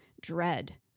dread